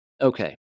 Okay